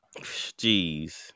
Jeez